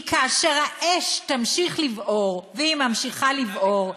כי כאשר האש תמשיך לבעור, והיא ממשיכה לבעור,